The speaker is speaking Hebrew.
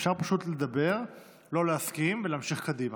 אפשר פשוט לדבר, לא להסכים, ולהמשיך קדימה.